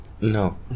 no